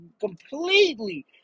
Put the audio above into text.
completely